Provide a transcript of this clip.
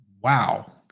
Wow